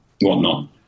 whatnot